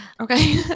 okay